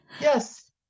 Yes